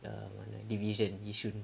err division yishun